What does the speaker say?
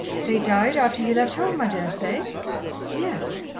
they died after ye left home, i daresay? yes.